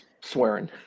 swearing